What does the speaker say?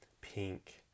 pink